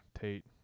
Tate